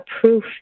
proof